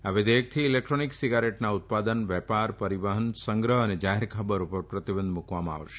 આ વિધેયકથી ઇલેક્ટ્રોનિક સીગારેટના ઉત્પાદન વેપાર પરિવહન સંગ્રહ અને જાહેરખબર પર પ્રતિબંધ મૂકવામાં આવશે